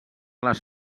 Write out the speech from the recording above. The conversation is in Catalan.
les